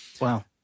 Wow